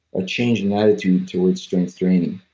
a change in attitude toward strength training